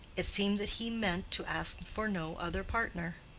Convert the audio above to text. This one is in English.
it seemed that he meant to ask for no other partner.